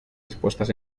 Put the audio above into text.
dispuestas